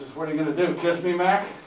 what are you gonna do kiss me mac?